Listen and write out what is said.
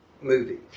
movie